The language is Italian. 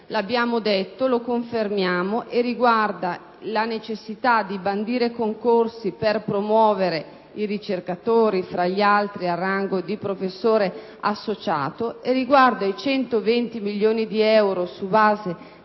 abbiamo giadetto e confermiamo, riguarda la necessita di bandire concorsi per promuovere i ricercatori, fra gli altri, al rango di professore associato; riguarda i 120 milioni di euro su base